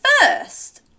First